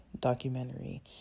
Documentary